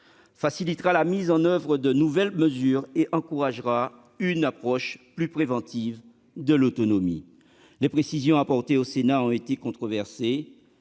facilitera la mise en oeuvre de nouvelles mesures et encouragera une approche plus préventive de la perte d'autonomie. Les précisions apportées par le Sénat ont été conservées